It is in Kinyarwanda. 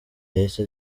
yahise